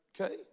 okay